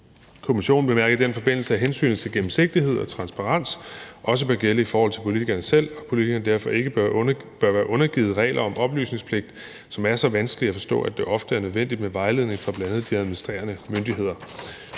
Kommissionen bemærkede i den forbindelse, at hensynet til gennemsigtighed og transparens også bør gælde i forhold til politikerne selv, og at politikerne derfor ikke bør være undergivet regler om oplysningspligt, som er så vanskelige at forstå, at det ofte er nødvendigt med vejledning fra bl.a. de administrerende myndigheder.